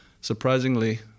surprisingly